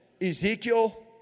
Ezekiel